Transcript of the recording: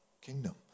kingdom